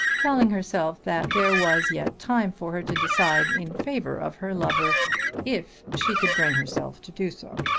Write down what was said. telling herself that there was yet time for her to decide in favour of her lover if she could bring herself to do so.